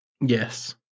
Yes